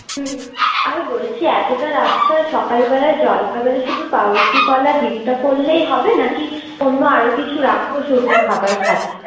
হুম আর বলছি এতটা রাস্তা সকালবেলা জলখাবারে শুধু পাউরুটি কলা ডিমটা করলেই হবে নাকি অন্য আরও কিছু রাখব শুকনো খাবার সাথে